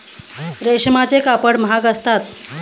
रेशमाचे कपडे महाग असतात